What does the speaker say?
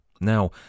Now